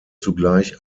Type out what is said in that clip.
zugleich